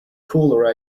caller